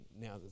Now